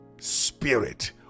Spirit